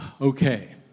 Okay